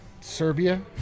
Serbia